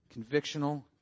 Convictional